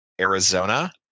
Arizona